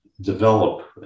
develop